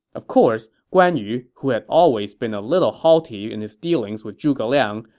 of course, guan yu, who had always been a little haughty in his dealings with zhuge liang,